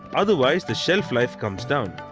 otherwise, the shelf life comes down.